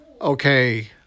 Okay